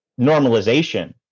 normalization